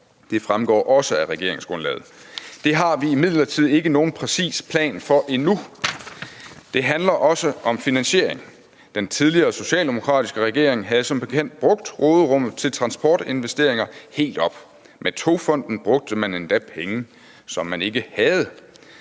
Det fremgår også af regeringsgrundlaget. Det har vi imidlertid endnu ikke nogen præcis plan for. Det handler også om finansiering. Den tidligere socialdemokratiske regering havde som bekendt brugt råderummet til transportinvesteringer helt op – med Togfonden DK brugte man endda penge, som man ikke havde.